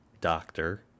doctor